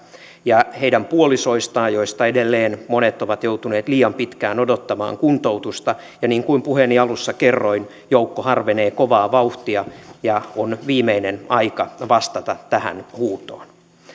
ja heidän puolisoistaan joista edelleen monet ovat joutuneet liian pitkään odottamaan kuntoutusta ja niin kuin puheeni alussa kerroin joukko harvenee kovaa vauhtia ja on viimeinen aika vastata tähän huutoon myös